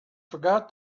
forgot